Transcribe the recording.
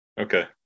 Okay